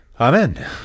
Amen